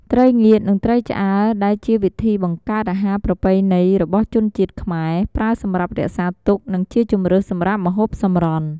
ត្រីងៀត និង ត្រីឆ្អើរ ដែលជាវិធីបង្កើតអាហារប្រពៃណីរបស់ជនជាតិខ្មែរ ប្រើសម្រាប់រក្សាទុក និងជាជម្រើសសម្រាប់ម្ហូបសម្រន់។